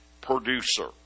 producer